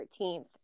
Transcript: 13th